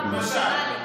חבר הכנסת רוטמן.